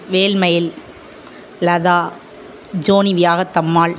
Velmayil Latha Johnny Viyagathammal